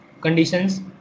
conditions